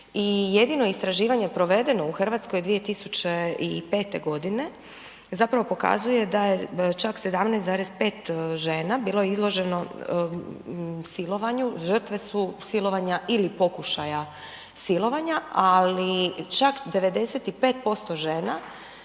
jedino istraživanje provedeno u RH 2005.g. zapravo pokazuje da je čak 17,5 žena bilo izloženo silovanju, žrtve su silovanja ili pokušaja silovanja, ali čak 95% žena